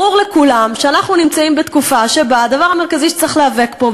ברור לכולם שאנחנו נמצאים בתקופה שהדבר המרכזי שצריך להיאבק בו,